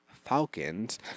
Falcons